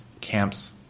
camp's